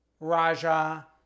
Raja